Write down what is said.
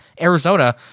Arizona